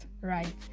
right